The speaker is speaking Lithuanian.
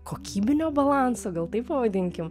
kokybinio balansą gal taip pavadinkim